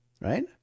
right